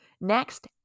Next